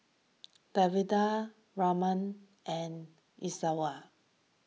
Davinder Ramnath and Iswaran